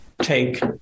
take